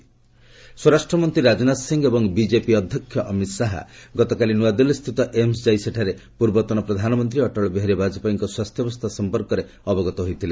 ରାଜନାଥ ବାଜପାୟୀ ସ୍ୱରାଷ୍ଟ୍ରମନ୍ତ୍ରୀ ରାଜନାଥ ସିଂ ଏବଂ ବିଜେପି ଅଧ୍ୟକ୍ଷ ଅମିତ୍ ଶାହା ଗତକାଲି ନୂଆଦିଲ୍ଲୀସ୍ଥିତ ଏମ୍ସ୍ ଯାଇ ସେଠାରେ ପୂର୍ବତନ ପ୍ରଧାନମନ୍ତ୍ରୀ ଅଟଳ ବିହାରୀ ବାଜପାୟୀଙ୍କ ସ୍ୱାସ୍ଥ୍ୟାବସ୍ଥା ସମ୍ପର୍କରେ ଅବଗତ ହୋଇଥିଲେ